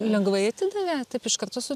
lengvai atidavė taip iškart susi